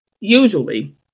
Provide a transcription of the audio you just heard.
usually